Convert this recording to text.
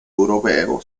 europeo